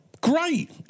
great